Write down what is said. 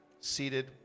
seated